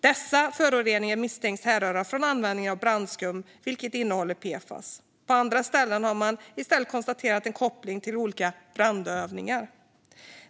Dessa föroreningar misstänks härröra från användningen av brandskum, vilket innehåller PFAS. På andra ställen har man i stället konstaterat en koppling till olika brandövningar.